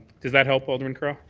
does that help, alderman carra?